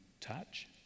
touch